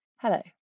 Hello